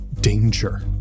danger